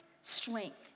strength